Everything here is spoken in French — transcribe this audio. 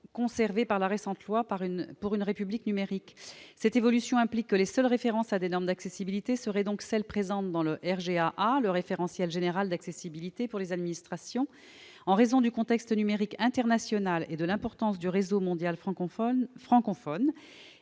maintenue dans la récente loi pour une République numérique. Cette évolution implique que les seules références à des normes d'accessibilité seraient donc celles qui sont inscrites dans le référentiel général d'accessibilité pour les administrations, le RGAA. En raison du contexte numérique international et de l'importance du réseau mondial francophone,